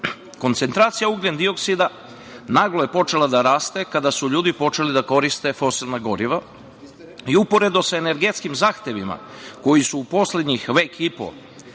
čovek. Koncentracija ugljendioksida naglo je počela da raste kada su ljudi počeli da koriste fosilna goriva i uporedo sa energetskim zahtevima, koji su u poslednjih vek i po